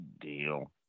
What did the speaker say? deal